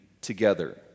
together